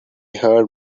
heard